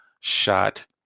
shot